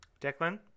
Declan